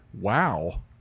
Wow